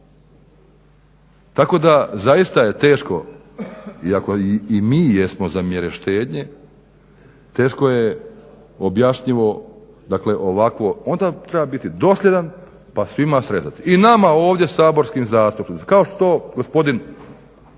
Tako da zaista je teško, iako i mi jesmo za mjere štednje. Teško je objašnjivo, dakle ovakvo. Onda treba biti dosljedan pa svima srezat. I nama ovdje saborskim zastupnicima kao što gospodin